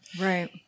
right